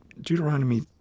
Deuteronomy